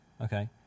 okay